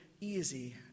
easy